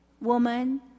woman